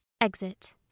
exit